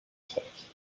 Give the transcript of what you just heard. sex